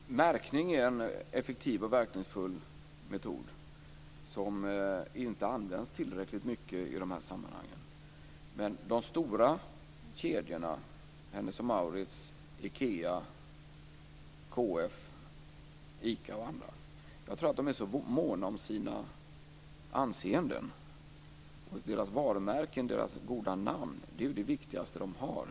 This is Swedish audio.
Fru talman! Märkning är en effektiv och verkningsfull metod som inte används tillräckligt mycket i dessa sammanhang. Men jag tror att de stora kedjorna - Hennes & Mauritz, Ikea, KF, Ica och andra - är mycket måna om sina anseenden, varumärken och goda namn. Det är ju det viktigaste som de har.